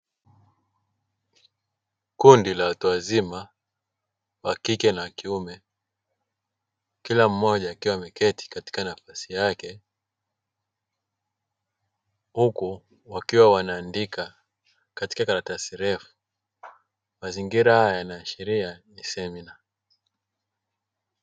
Kundi la watu wazima wakike na wakiume kila mmoja akiwa ameketi katika nafasi yake, huku wakiwa wanaandika katika karatasi refu mazingira haya yanaashiria ni semina.